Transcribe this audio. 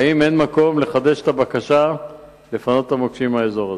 האם אין מקום לחדש את הבקשה לפנות את המוקשים מהאזור הזה?